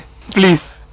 Please